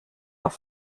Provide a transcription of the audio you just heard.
auf